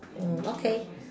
uh okay